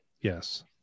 Yes